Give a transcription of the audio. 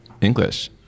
English